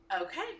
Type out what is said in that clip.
okay